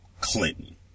Clinton